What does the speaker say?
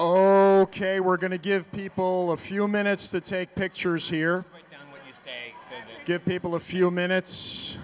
oh ok we're going to give people a few minutes that take pictures here give people a few minutes